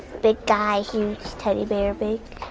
big guy, huge teddy bear big?